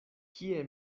kie